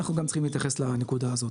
אנחנו גם צריכים להתייחס לנקודה הזאת,